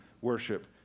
worship